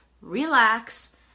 relax